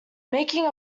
making